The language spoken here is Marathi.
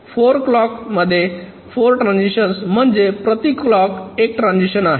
4 क्लॉक मध्ये 4 ट्रांझिशन्स म्हणजे प्रति क्लॉक एक ट्रान्झिशन आहे